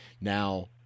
Now